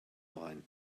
blaen